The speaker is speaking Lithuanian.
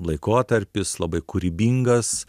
laikotarpis labai kūrybingas